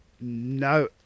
No